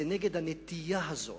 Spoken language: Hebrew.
זה נגד הנטייה הזאת,